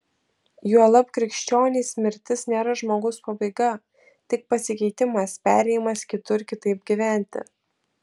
juolab krikščionys mirtis nėra žmogaus pabaiga tik pasikeitimas perėjimas kitur kitaip gyventi